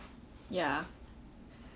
ya